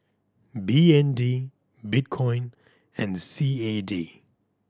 B N D Bitcoin and C A D